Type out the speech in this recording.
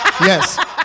Yes